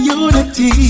unity